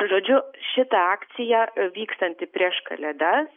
žodžiu šita akcija vykstanti prieš kalėdas